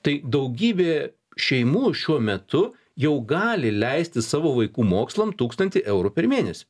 tai daugybė šeimų šiuo metu jau gali leisti savo vaikų mokslam tūkstantį eurų per mėnesį